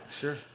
Sure